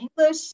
English